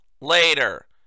later